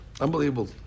unbelievable